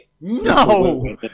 No